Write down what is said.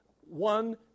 one